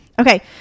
Okay